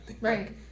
right